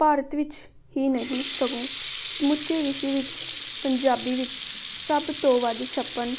ਭਾਰਤ ਵਿੱਚ ਹੀ ਨਹੀਂ ਸਗੋਂ ਸਮੁੱਚੇ ਵਿਸ਼ਸ਼ ਵਿੱਚ ਪੰਜਾਬੀ ਵਿੱਚ ਸਭ ਤੋਂ ਵੱਧ ਛਪਣ